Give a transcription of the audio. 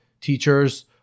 teachers